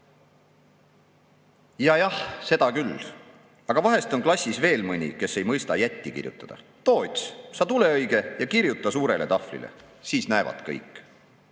seda küll. Aga vahest on klassis veel mõni, kes ei mõista jätti kirjutada. Toots, sa tule õige ja kirjuta suurele tahvlile, siis näevad kõik.""